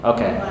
Okay